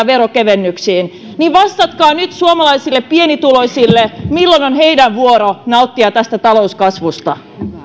veronkevennyksiin vastatkaa nyt suomalaisille pienituloisille milloin on heidän vuoronsa nauttia tästä talouskasvusta